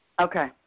Okay